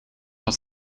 had